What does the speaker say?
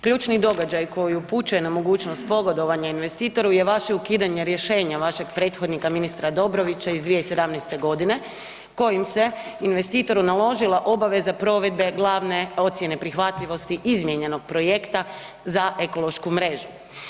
Ključni događaj koji upućuje na mogućnost pogodovanja investitoru je vaše ukidanje rješenja vašeg prethodnika ministra Dobrovića iz 2017. godina kojim se investitoru naložila obaveza provedbe glavne ocjene prihvatljivosti izmijenjenog projekta za ekološku mrežu.